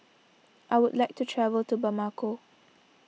I would like to travel to Bamako